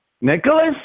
Nicholas